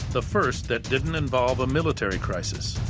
the first that didn't involve a military crisis.